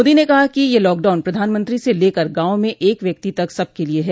मोदी ने कहा कि यह लॉकडाउन प्रधानमंत्री से लेकर गांव में एक व्ययक्ति तक सबके लिए है